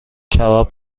کباب